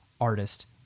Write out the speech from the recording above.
artist